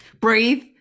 breathe